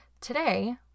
today